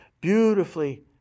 beautifully